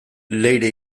leire